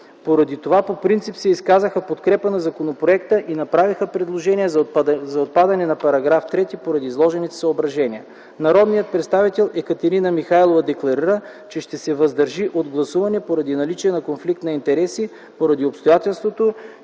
изказаха по принцип в подкрепа на законопроекта и направиха предложение за отпадане на § 3 поради изложените съображения. Народният представител Екатерина Михайлова декларира, че ще се въздържи от гласуване поради наличие на конфликт на интереси - обстоятелството,